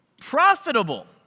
profitable